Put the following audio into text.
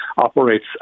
operates